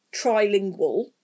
trilingual